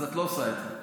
אז את לא עושה את זה?